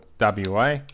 WA